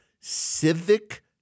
civic